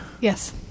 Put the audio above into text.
Yes